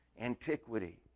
Antiquity